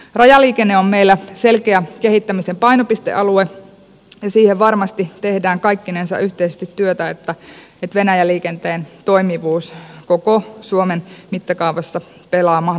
rajaliikenne on meillä selkeä kehittämisen painopistealue ja siihen varmasti tehdään kaikkinensa yhteisesti työtä että venäjän liikenteen toimivuus koko suomen mittakaavassa pelaa mahdollisimman hyvin